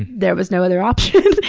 there was no other option.